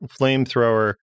flamethrower